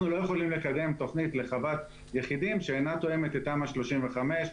אנחנו לא יכולים לקדם תוכנית לחוות יחידים שאינה תואמת את תמ"א 35,